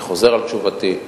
אני חוזר על תשובתי,